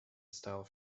style